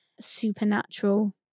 supernatural